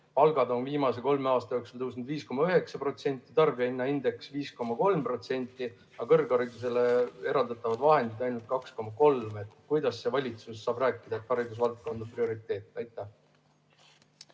Palgad on viimase kolme aasta jooksul tõusnud 5,9%, tarbijahinnaindeks 5,3%, aga kõrgharidusele eraldatavad vahendid ainult 2,3%. Kuidas see valitsus saab rääkida, et haridusvaldkond on prioriteet? Aitäh!